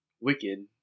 wicked